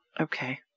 Okay